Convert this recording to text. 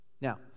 Now